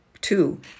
Two